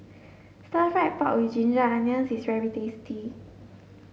stir fried pork with ginger onions is very tasty